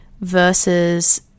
versus